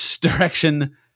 direction